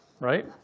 Right